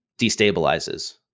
destabilizes